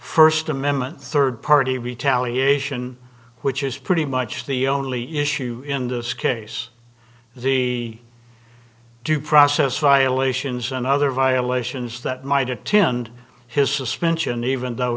first amendment third party retaliation which is pretty much the only issue in this case the due process violations and other violations that might attend his suspension even though